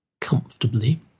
comfortably